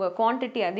quantity